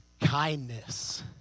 Kindness